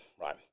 Right